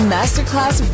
Masterclass